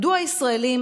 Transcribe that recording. מדוע הישראלים,